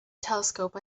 telescope